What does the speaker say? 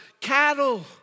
cattle